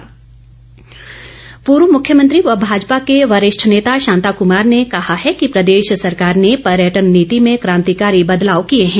शांताकुमार पूर्व मुख्यमंत्री व भाजपा के वरिष्ठ नेता शांताकुमार ने कहा है कि प्रदेश सरकार ने पर्यटन नीति में क्रांतिकारी बदलाव किए हैं